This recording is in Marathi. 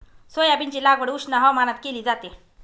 सोयाबीनची लागवड उष्ण हवामानात केली जाते